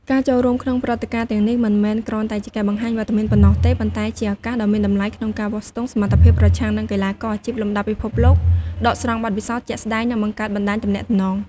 ការចូលរួមក្នុងព្រឹត្តិការណ៍ទាំងនេះមិនមែនគ្រាន់តែជាការបង្ហាញវត្តមានប៉ុណ្ណោះទេ ប៉ុន្តែជាឱកាសដ៏មានតម្លៃក្នុងការវាស់ស្ទង់សមត្ថភាពប្រឆាំងនឹងកីឡាករអាជីពលំដាប់ពិភពលោក ដកស្រង់បទពិសោធន៍ជាក់ស្ដែង និងបង្កើតបណ្ដាញទំនាក់ទំនង។